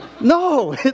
no